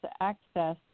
access